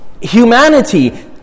humanity